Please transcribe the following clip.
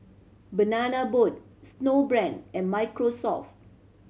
Banana Boat Snowbrand and Microsoft